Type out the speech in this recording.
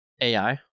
AI